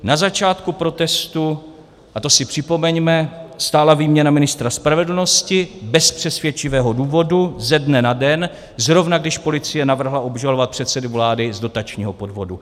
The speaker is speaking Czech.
Na začátku protestů, a to si připomeňme, stála výměna ministra spravedlnosti bez přesvědčivého důvodu ze dne na den, zrovna když policie navrhla obžalovat předsedu vlády z dotačního podvodu.